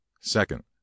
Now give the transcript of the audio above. Second